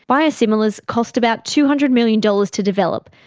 biosimilars cost about two hundred million dollars to develop,